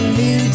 new